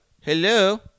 Hello